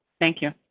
thank you.